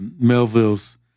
Melville's